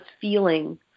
feeling